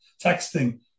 texting